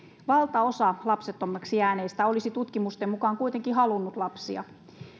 valtaosa lapsettomaksi jääneistä olisi tutkimusten mukaan kuitenkin halunnut lapsia